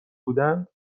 بودند